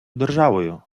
державою